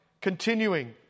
continuing